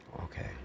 Okay